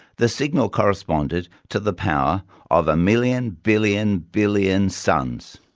the signal corresponded to the power of a million billion billion suns,